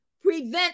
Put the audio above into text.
prevent